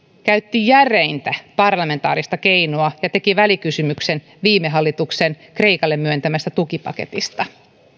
käytti järeintä parlamentaarista keinoa ja teki välikysymyksen viime hallituksen kreikalle myöntämästä tukipaketista